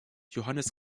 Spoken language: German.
johannes